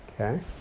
Okay